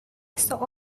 saw